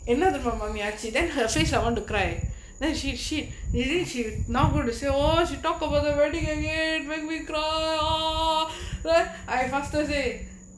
என்ன தெரியுமா மாமி ஆச்சி:enna theriyumaa maami aachi then her face I want to cry then she she is it she with nahoodu she was talk over the wedding again when we cry oh ah I faster say